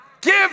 Give